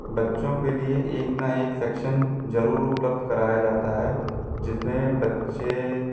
बच्चों के लिए एक न एक सेक्शन ज़रूर उपलब्ध कराया जाता है जिसमें बच्चे